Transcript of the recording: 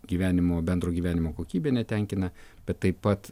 gyvenimo bendro gyvenimo kokybė netenkina bet taip pat